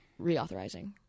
reauthorizing